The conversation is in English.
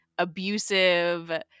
abusive